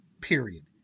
period